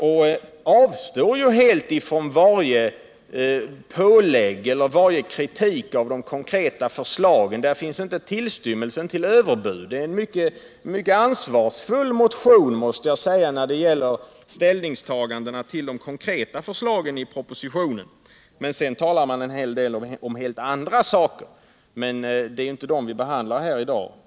Man avstår ju helt från att föreslå höjningar och från varje kritik av de konkreta förslagen i propositionen. Där finns inte tillstymmelsen till överbud. Det är en mycket ansvarsfull motion, måste jag säga, när det gäller ställningstagandena till de konkreta förslagen. Sedan talar man en hel del om andra saker, men det är ju inte dem vi behandlar här i dag.